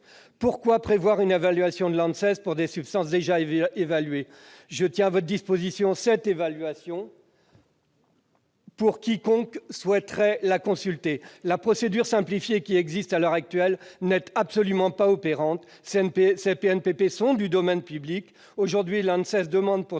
Pourquoi prévoir une évaluation de l'ANSES pour des substances déjà évaluées ? Je tiens à votre disposition cette évaluation, pour quiconque souhaiterait la consulter ! La procédure simplifiée existant à l'heure actuelle n'est absolument pas opérante. Ces PNPP sont du domaine public. Aujourd'hui, l'ANSES demande, pour